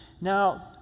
Now